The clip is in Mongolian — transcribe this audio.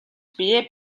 биеэ